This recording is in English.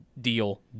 deal